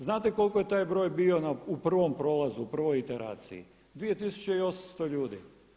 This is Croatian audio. Znate koliko je taj je broj bio u prvom prolazu, u prvoj iteraciji 2800 ljudi.